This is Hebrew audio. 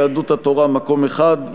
יהדות התורה: מקום אחד.